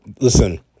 listen